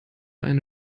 eine